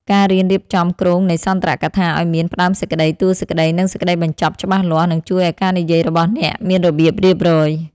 ការរៀនរៀបចំគ្រោងនៃសន្ទរកថាឱ្យមាន ផ្ដើមសេចក្ដី តួសេចក្ដី និងសេចក្ដីបញ្ចប់ ច្បាស់លាស់ នឹងជួយឱ្យការនិយាយរបស់អ្នកមានរបៀបរៀបរយ។